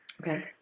Okay